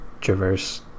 traverse